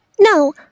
No